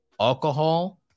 alcohol